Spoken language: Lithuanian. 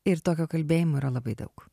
ir tokio kalbėjimo yra labai daug